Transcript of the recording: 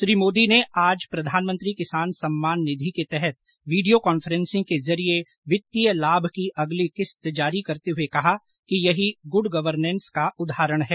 श्री मोदी ने आज प्रधानमंत्री किसान निधि के तहत वीडियो कॉन्फ्रेंसिंग के जरिए वित्तीय लाभ की अगली किस्त जारी करते हुए कहा कि यही गुड गवर्नेस का उदाहरण है